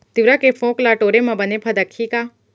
तिंवरा के फोंक ल टोरे म बने फदकही का?